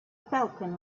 falcon